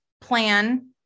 plan